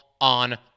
on